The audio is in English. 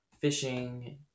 fishing